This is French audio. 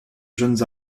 jeunes